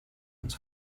uns